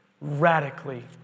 radically